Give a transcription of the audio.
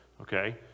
okay